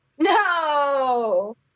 No